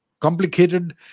complicated